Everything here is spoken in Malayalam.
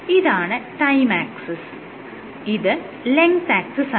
ഇതാണ് ടൈം ആക്സിസ് ഇത് ലെങ്ത് ആക്സിസാണ്